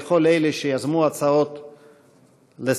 לכל אלה שיזמו הצעות לסדר-היום,